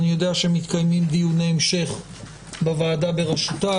אני יודע שמתקיימים דיוני המשך בוועדה בראשותה.